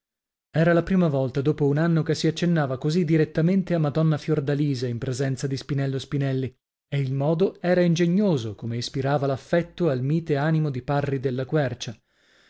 era la prima volta dopo un anno che si accennava così direttamente a madonna fiordalisa in presenza di spinello spinelli e il modo era ingegnoso come ispirava l'affetto al mite animo di parri della quercia